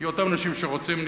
זה אותם אנשים שרוצים להתחתן,